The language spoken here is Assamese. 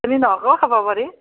চেনি নহ'লেও খাব পাৰি